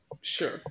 Sure